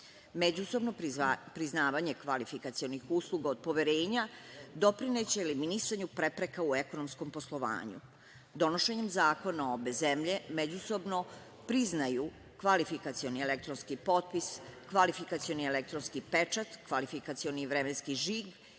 saradnje.Međusobno priznavanje kvalifikacionih usluga od poverenja doprineće eliminisanju prepreka u ekonomskom poslovanju. Donošenjem zakona obe zemlje međusobno priznaju kvalifikacioni elektronski potpis, kvalifikacioni elektronski pečat, kvalifikacioni vremenski žig